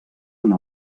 una